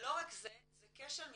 ולא רק זה, זה כשל מצטבר.